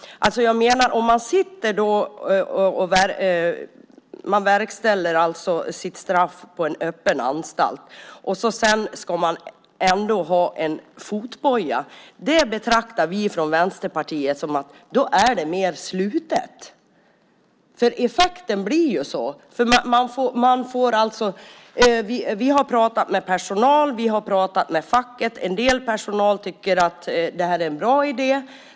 Men om man avtjänar sitt straff på en öppen anstalt och ändå ska ha fotboja betraktar vi från Vänsterpartiet det som att det är mer slutet. Effekten blir sådan. Vi har pratat med personal, och vi har pratat med facket. En del av personalen tycker att det här är en bra idé.